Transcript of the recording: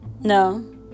No